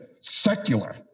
Secular